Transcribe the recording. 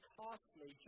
costly